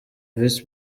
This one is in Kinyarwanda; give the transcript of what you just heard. visi